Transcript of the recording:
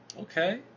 okay